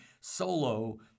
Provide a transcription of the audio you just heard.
solo